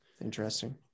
interesting